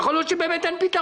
הוא שואל גם מבחינה פדגוגית.